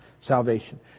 salvation